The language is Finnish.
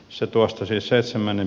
se tuosta siis seitsemännen